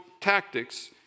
tactics